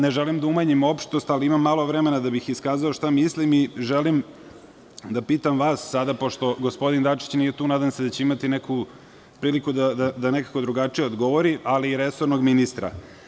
Ne želim da umanjim opštost ali ima malo vremena da bih iskazao šta mislim i želim da vas pitam pošto gospodin Dačić nije tu, nadam se da će imati priliku da nekako drugačije odgovori, ali i resornog ministra.